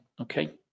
Okay